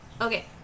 okay